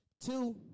Two